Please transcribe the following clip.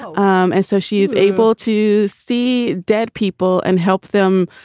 um and so she is able to see dead people and help them,